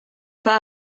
pas